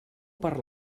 per